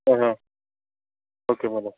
okay madam